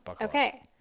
okay